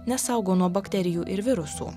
nesaugo nuo bakterijų ir virusų